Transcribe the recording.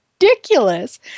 ridiculous